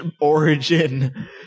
origin